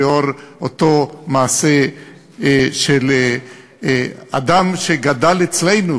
לנוכח אותו מעשה של אדם שגדל אצלנו,